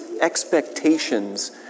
expectations